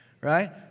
right